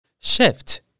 shift